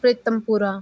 Pritampura